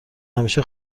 همیشه